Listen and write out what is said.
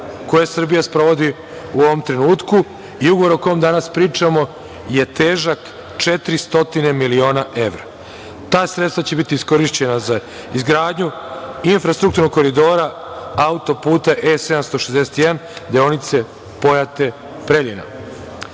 koje Srbija sprovodi u ovom trenutku i Ugovor o kom danas pričamo je težak 400 miliona evra. Ta sredstva će biti iskorišćena za izgradnju infrastrukturnog koridora auto-puta E-761, deonice Pojate-Preljina. Ukupna